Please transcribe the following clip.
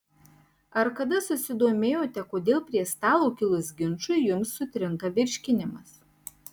ar kada susidomėjote kodėl prie stalo kilus ginčui jums sutrinka virškinimas